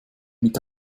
mit